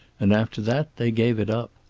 and after that they gave it up.